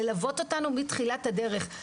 ללוות אותנו מתחילת הדרך.